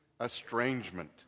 estrangement